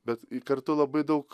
bet kartu labai daug